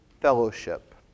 fellowship